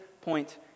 point